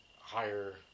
higher